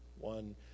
one